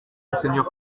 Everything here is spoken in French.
monseigneur